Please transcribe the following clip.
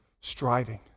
striving